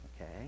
Okay